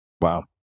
Wow